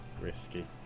risky